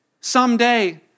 Someday